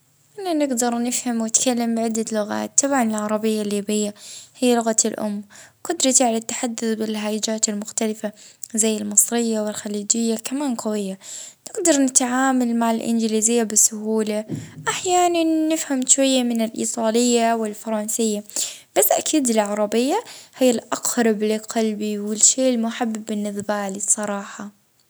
اه نتكلم العربية ونفهم في اللهجة الليبية والتونسية بطبيعة الحال، وعندي مستوى جيد في الانجليزية اه شوية فرنسية ونحب اه نسمع للغات الأخرى ونفهم اه شوية منها.